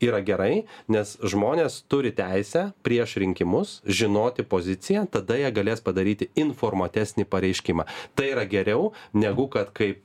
yra gerai nes žmonės turi teisę prieš rinkimus žinoti poziciją tada jie galės padaryti informuotesnį pareiškimą tai yra geriau negu kad kaip